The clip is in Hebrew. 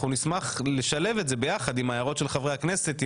אנחנו נשמח לשלב את זה ביחד עם ההערות של חברי הכנסת,